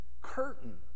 curtain